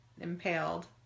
impaled